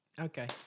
Okay